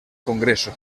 congreso